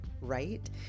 right